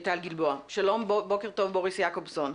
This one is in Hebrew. בוקר טוב בוריס יעקובסון.